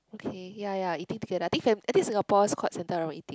okay ya ya eating together I think I think Singapore's quite centre around eating